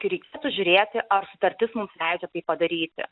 reikėtų žiūrėti ar sutartis mums leidžia tai padaryti